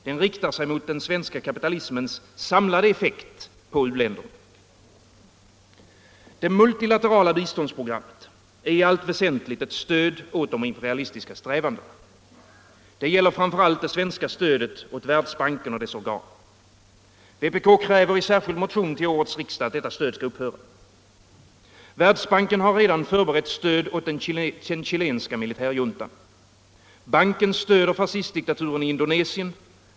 Den riktar sig mot den svenska kapitalismens samlade effekt på u-länderna. Det multilaterala biståndsprogrammet är i allt väsentligt ett stöd åt de imperialistiska strävandena. Det gäller framför allt det svenska stödet åt Världsbanken och dess organ. Vpk kräver i särskild motion till årets riksdag att detta stöd skall upphöra. Världsbanken har redan förberett stöd åt den chilenska militärjuntan. Banken stöder fascistdiktaturen i Indonesien.